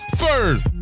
first